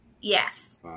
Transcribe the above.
Yes